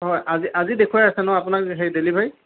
হয় আজি আজি দেখুৱাই আছে ন আপোনাক হেৰি ডেলিভাৰী